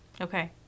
Okay